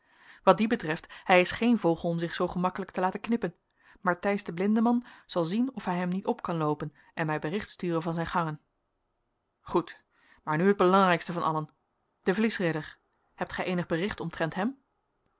wat dien betreft hij is geen vogel om zich zoo gemakkelijk te laten knippen maar tys de blindeman zal zien of hij hem niet op kan loopen en mij bericht sturen van zijn gangen goed maar nu het belangrijkste van allen de vliesridder het gij eenig bericht omtrent hem